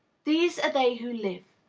these are they who live.